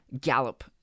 gallop